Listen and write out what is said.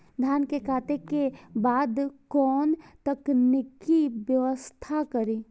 धान के काटे के बाद कोन तकनीकी व्यवस्था करी?